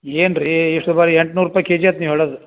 ಏನು ರೀ ಇಷ್ಟು ದುಬಾರಿ ಎಂಟು ನೂರು ರೂಪಾಯಿ ಕೆ ಜಿ ಆತು ನೀವು ಹೇಳೋದು